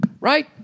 Right